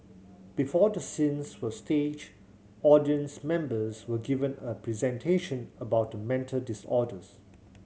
before the scenes were staged audience members were given a presentation about the mental disorders